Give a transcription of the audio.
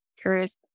curious